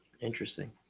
Interesting